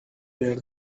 their